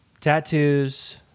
Tattoos